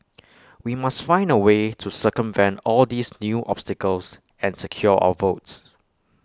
we must find A way to circumvent all these new obstacles and secure our votes